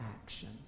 action